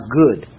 good